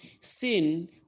sin